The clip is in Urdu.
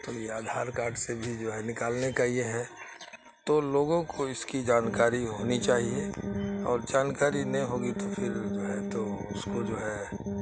تو یہ آدھار کارڈ سے بھی جو ہے نکالنے کا یہ ہے تو لوگوں کو اس کی جانکاری ہونی چاہیے اور جانکاری نہیں ہوگی تو پھر جو ہے تو اس کو جو ہے